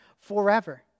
forever